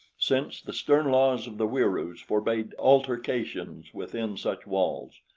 since the stern laws of the wieroos forbade altercations within such walls.